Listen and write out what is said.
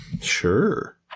Sure